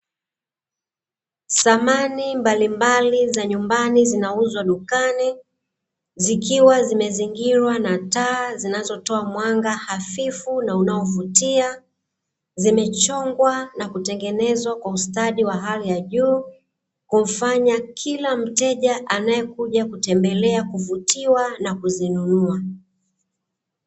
Samani mbalimbali za nyumbani zinauzwa dukani zikiwa zimezingirwa na taa zinazotoa mwanga hafifu na unao vutia zimechongwa na kutengenezwa kwa ustadi wa hali ya juu kufanya kila mteja anayekuja kuvutiwa na kuzinunua.